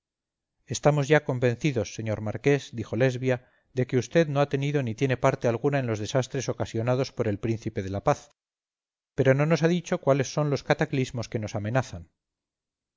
estamos ya convencidos señor marqués dijo lesbia de que vd no ha tenido ni tiene parte alguna en los desastres ocasionados por el príncipe de la paz pero no nos ha dicho cuáles son los cataclismos que nos amenazan